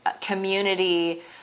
community